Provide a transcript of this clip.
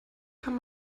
kann